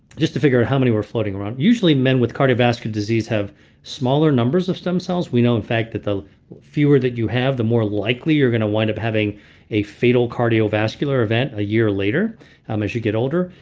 just to figure out how many were floating around. usually men with cardiovascular disease have smaller numbers of stem cells. we know in fact that the fewer that you have the more likely you're going to wind up having a fatal cardiovascular event a year later um as you get older.